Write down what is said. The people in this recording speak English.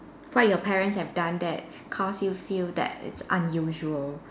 what your parents have done that cause you feel that it's unusual